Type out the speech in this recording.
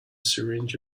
syringe